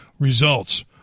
Results